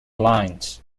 lines